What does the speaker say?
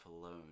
alone